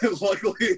luckily